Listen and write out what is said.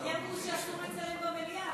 לי אמרו שאסור לצלם במליאה,